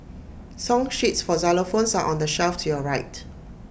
song sheets for xylophones are on the shelf to your right